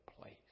place